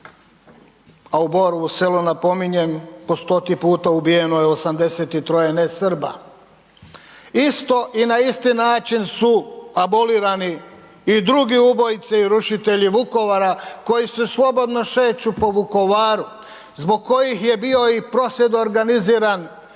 a u Borovu Selu napominjem po stoti puta ubijeno je 83 ne Srba, isto i na isti način su abolirani i drugi ubojice i rušitelji Vukovara koji se slobodno šeću po Vukovaru, zbog kojih je bio i prosvjed organiziran